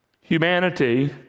humanity